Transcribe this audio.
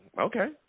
Okay